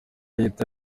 leta